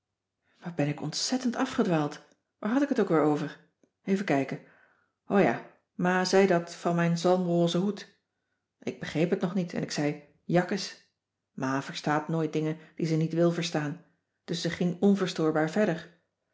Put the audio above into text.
wat ben ik ontzettend afgedwaald waar had ik het ook weer over even kijken o ja ma zei dat van mijn zalmrosen hoed ik begreep het nog niet en ik zei jakkes ma verstaat nooit dingen die ze niet wil verstaan dus ze ging onverstoorbaar verder